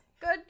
Good